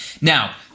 now